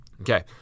Okay